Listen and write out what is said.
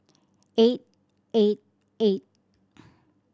eight eight eight